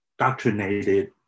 doctrinated